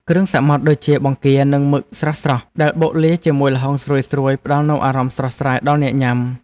គ្រឿងសមុទ្រដូចជាបង្គានិងមឹកស្រស់ៗដែលបុកលាយជាមួយល្ហុងស្រួយៗផ្តល់នូវអារម្មណ៍ស្រស់ស្រាយដល់អ្នកញ៉ាំ។